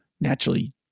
naturally